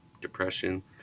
Depression